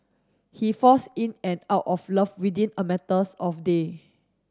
he falls in and out of love within a matters of day